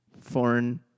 foreign